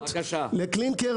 לקלינקר,